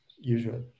usually